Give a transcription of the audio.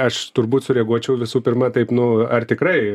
aš turbūt sureaguočiau visų pirma taip nu ar tikrai